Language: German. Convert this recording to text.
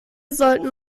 sollten